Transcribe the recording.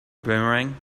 boomerang